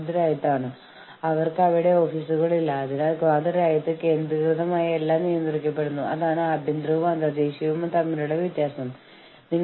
മറുവശത്ത് തൊഴിലാളി യൂണിയൻ ആനുകൂല്യങ്ങളെക്കുറിച്ച് സംസാരിക്കുമ്പോൾ അവർ പറയുന്നു ആനുകൂല്യങ്ങൾ ബോണസ് തുടങ്ങിയവയെ കുറിച്ച് ഞങ്ങൾ സംസാരിക്കാൻ ആഗ്രഹിക്കുന്നു